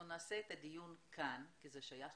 אנחנו נקיים את הדיון כאן כי זה שייך